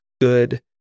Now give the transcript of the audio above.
good